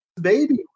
baby